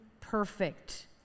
perfect